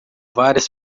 várias